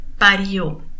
Parió